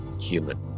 Human